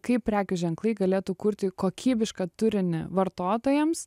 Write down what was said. kaip prekių ženklai galėtų kurti kokybišką turinį vartotojams